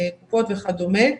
קופות וכדומה.